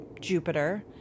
Jupiter